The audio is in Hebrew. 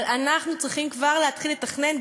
אבל אנחנו צריכים כבר להתחיל לתכנן,